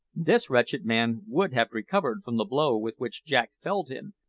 this wretched man would have recovered from the blow with which jack felled him,